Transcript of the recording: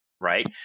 right